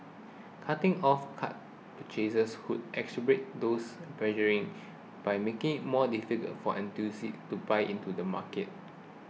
cutting off card purchases could exacerbate those pressures in by making more difficult for enthusiasts to buy into the market